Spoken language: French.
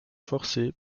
forcé